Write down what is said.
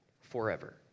forever